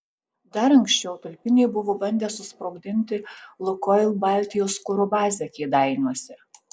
dar anksčiau tulpiniai buvo bandę susprogdinti lukoil baltijos kuro bazę kėdainiuose